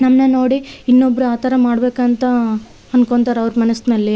ನಮ್ಮನ್ನು ನೋಡಿ ಇನ್ನೊಬ್ಬರು ಆ ಥರ ಮಾಡಬೇಕಂತಾ ಅನ್ಕೊತಾರೆ ಅವರ ಮನಸಿನಲ್ಲಿ